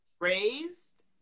raised